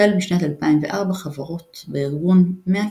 החל משנת 2004 חברות בארגון 100 קבוצות,